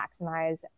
maximize